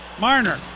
Marner